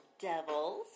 devils